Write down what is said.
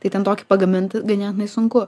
tai ten tokį pagamint ganėtinai sunku